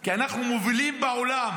כי אנחנו מובילים בעולם